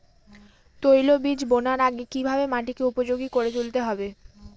তৈলবীজ বোনার আগে কিভাবে মাটিকে উপযোগী করে তুলতে হবে?